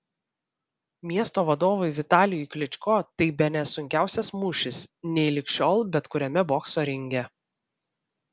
miesto vadovui vitalijui klyčko tai bene sunkiausias mūšis nei lig šiol bet kuriame bokso ringe